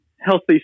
healthy